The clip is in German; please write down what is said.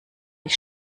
ich